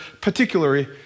particularly